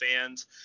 fans